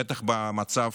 בטח במצב